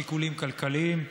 שיקולים כלכליים.